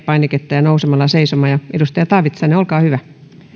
painiketta ja nousemalla seisomaan edustaja taavitsainen olkaa hyvä